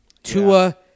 Tua